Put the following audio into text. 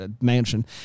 mansion